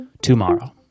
tomorrow